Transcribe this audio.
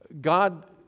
God